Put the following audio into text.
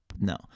no